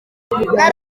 naretse